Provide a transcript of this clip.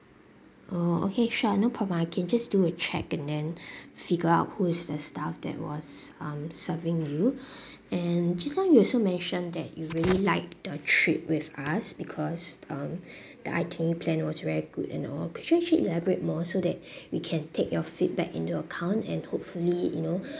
oh okay sure no problem I can just do a check and then figure out who is the staff that was um serving you and just now you also mention that you really liked the trip with us because uh the itinerary plan was very good and all could you actually elaborate more so that we can take your feedback into account and hopefully you know